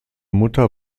mutter